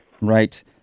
right